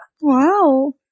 Wow